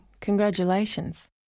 congratulations